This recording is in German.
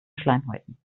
schleimhäuten